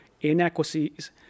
inequities